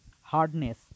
Hardness